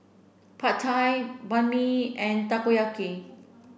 Pad Thai Banh Mi and Takoyaki